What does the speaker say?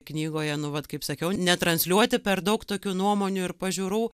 knygoje nu vat kaip sakiau netransliuoti per daug tokių nuomonių ir pažiūrų